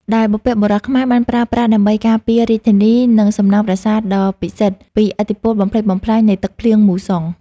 ដែលបុព្វបុរសខ្មែរបានប្រើប្រាស់ដើម្បីការពាររាជធានី និងសំណង់ប្រាសាទដ៏ពិសិដ្ឋពីឥទ្ធិពលបំផ្លិចបំផ្លាញនៃទឹកភ្លៀងមូសុង។